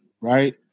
right